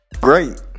great